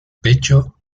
pecho